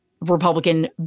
Republican